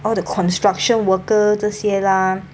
all the construction worker 这些 lah